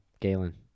Galen